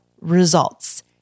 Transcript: results